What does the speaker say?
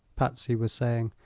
patsy was saying.